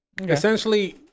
Essentially